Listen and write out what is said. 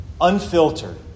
unfiltered